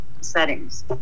settings